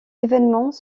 événements